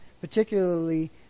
particularly